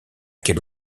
quelle